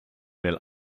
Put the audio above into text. mail